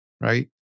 right